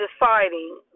deciding